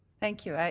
thank you.